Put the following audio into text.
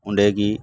ᱚᱸᱰᱮᱜᱮ